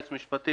היועצת המשפטית,